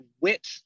wit